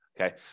Okay